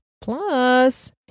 Plus